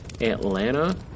Atlanta